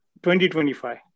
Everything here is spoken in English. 2025